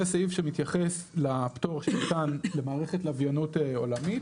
זה סעיף שמתייחס לפטור שניתן למערכת לווייניות עולמית